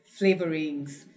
flavorings